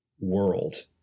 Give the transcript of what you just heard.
world